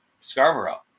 Scarborough